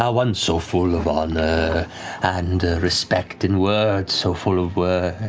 ah ones so full of honor and respect and words, so full of words,